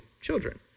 Children